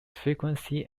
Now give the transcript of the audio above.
frequency